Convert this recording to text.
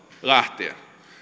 lähtien